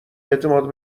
اعتماد